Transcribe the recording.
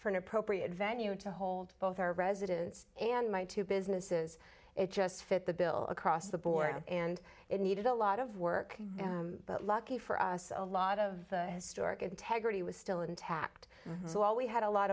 for an appropriate venue to hold both our residents and my two businesses it just fit the bill across the board and it needed a lot of work but lucky for us a lot of historic integrity was still intact so all we had a lot